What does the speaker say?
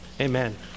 Amen